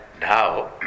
now